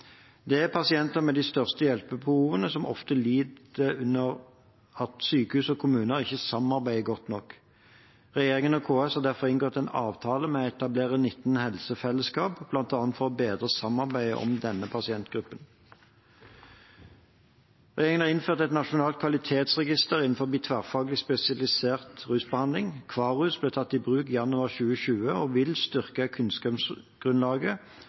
Det er pasienter med de største hjelpebehovene som ofte lider under at sykehus og kommuner ikke samarbeider godt nok. Regjeringen og KS har derfor inngått en avtale om å etablere 19 helsefellesskap, bl.a. for å bedre samarbeidet om denne pasientgruppen. Regjeringen har innført et nasjonalt kvalitetsregister innenfor tverrfaglig spesialisert rusbehandling. KVARUS ble tatt i bruk januar 2020 og vil styrke kunnskapsgrunnlaget